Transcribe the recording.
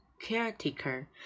caretaker